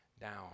down